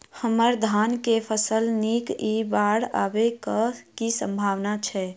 हम्मर धान केँ फसल नीक इ बाढ़ आबै कऽ की सम्भावना छै?